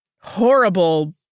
horrible